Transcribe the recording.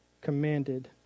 commanded